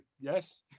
yes